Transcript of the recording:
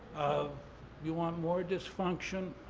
you want more dysfunction?